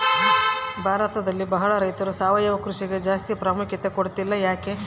ಭಾರತದಲ್ಲಿ ಬಹಳ ರೈತರು ಸಾವಯವ ಕೃಷಿಗೆ ಜಾಸ್ತಿ ಪ್ರಾಮುಖ್ಯತೆ ಕೊಡ್ತಿಲ್ಲ ಯಾಕೆ?